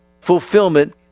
fulfillment